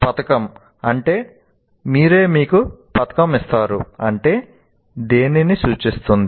పతకం అంటే మీరే మీకు పతకం ఇస్తారు అది దేనిని సూచిస్తుంది